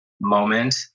moment